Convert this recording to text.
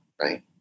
Right